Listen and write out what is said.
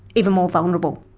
even more vulnerable.